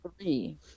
Three